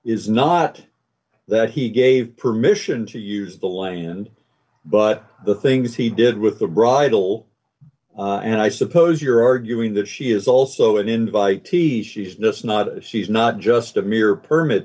is not that he gave permission to use the land but the things he did with the bridle and i suppose you're arguing that she is also an invite t v she's not she's not just a mere permit